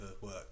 work